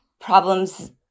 problems